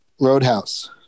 roadhouse